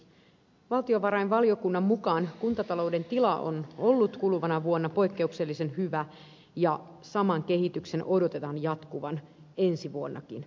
valtiovarainvaliokunnan mukaan kuntatalouden tila on ollut kuluvana vuonna poikkeuksellisen hyvä ja saman kehityksen odotetaan jatkuvan ensi vuonnakin